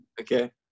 Okay